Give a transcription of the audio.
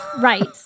right